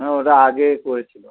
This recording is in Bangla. হ্যাঁ ওটা আগে করেছিলো